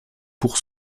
pour